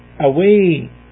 away